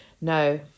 No